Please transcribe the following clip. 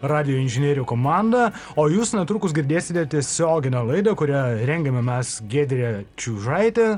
radijo inžinierių komanda o jūs netrukus girdėsite tiesioginę laidą kurią rengiame mes giedrė čiužaitė